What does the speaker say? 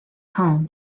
home